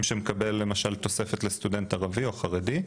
שנקבל למשל בתוספת לסטודנט ערבי או חרדי,